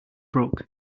broke